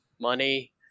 money